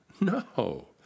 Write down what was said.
No